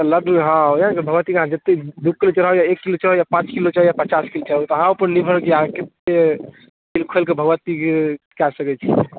लगमे हँ भगवतीके अहाँ जतेक दुइ किलो चढ़ाउ कि एक किलो चढ़ाउ कि पाँच किलो चढ़ाउ कि पचास किलो चढ़ाउ अहाँ उपर निर्भर अइ अहाँ कतेक दिल खोलिके भगवतीके कऽ सकै छी